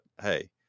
hey